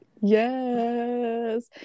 Yes